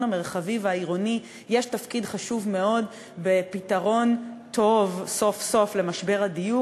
המרחבי והעירוני יש תפקיד חשוב מאוד בפתרון טוב סוף-סוף של משבר הדיור,